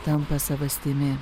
tampa savastimi